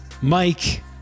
Mike